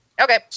okay